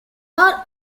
are